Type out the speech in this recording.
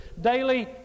daily